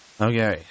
Okay